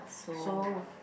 so